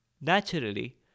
Naturally